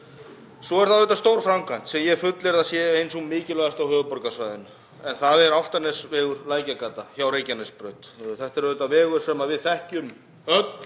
Svo er það auðvitað stór framkvæmd sem ég fullyrði að sé ein sú mikilvægasta á höfuðborgarsvæðinu en það er Álftanesvegur– Lækjargata hjá Reykjanesbraut. Þetta er vegur sem við þekkjum öll